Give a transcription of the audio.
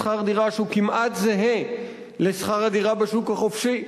שכר דירה שהוא כמעט זהה לשכר הדירה בשוק החופשי,